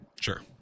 Sure